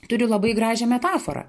turiu labai gražią metaforą